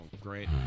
great